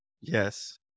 Yes